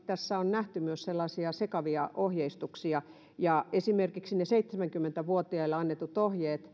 tässä on nähty myös sellaisia sekavia ohjeistuksia ja esimerkiksi ne yli seitsemänkymmentä vuotiaille annetut ohjeet